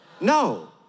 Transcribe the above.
No